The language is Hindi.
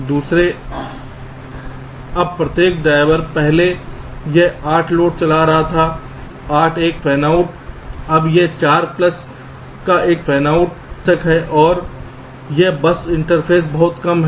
दूसरे अब प्रत्येक ड्राइवर पहले यह 8 लोड चला रहा था 8 का एक फैनआउट अब यह 4 प्लस का एक फैनआउट है और यह बस इंटरफ़ेस बहुत कम है